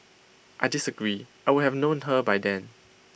I disagree I would have known her by then